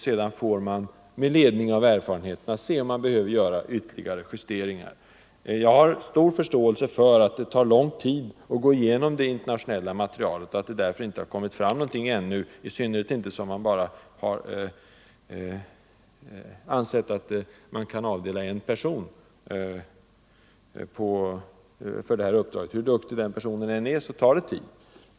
Sedan får vi med ledning av erfarenheterna se om det behöver göras några Nr 130 ändringar. i :;. Torsdagen den Jag är medveten om att det tar lång tid att gå igenom det internationella 28 november 1974 materialet, och därför förstår jag att det ännu inte har kommit fram någonting, i synnerhet som det har ansetts att man kan nöja sig med Jämställdhet att avdela en enda person för uppgiften. Hur duktig den personen än mellan män och är, tar det sin tid.